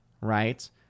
right